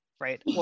right